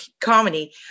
comedy